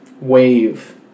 wave